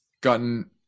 gotten